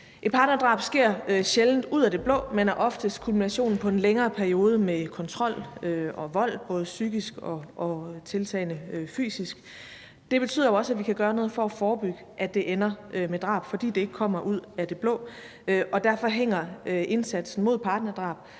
Et partnerdrab sker sjældent ud af det blå, men er oftest kulminationen på en længere periode med kontrol og vold, både psykisk og tiltagende fysisk. Det betyder jo også, at vi kan gøre noget for at forebygge, at det ender med drab, altså fordi det ikke kommer ud af det blå, og derfor hænger indsatsen mod partnerdrab,